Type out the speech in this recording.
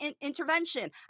intervention